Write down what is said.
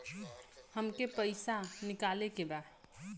हमके पैसा निकाले के बा